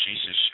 Jesus